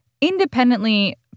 independently